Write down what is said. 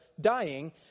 Dying